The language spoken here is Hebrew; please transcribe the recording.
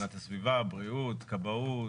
בהגנת הסביבה, בריאות, כבאות